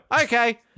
Okay